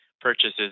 purchases